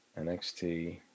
NXT